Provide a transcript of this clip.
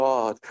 God